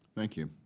thank you.